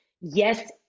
Yes